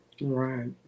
Right